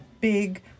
big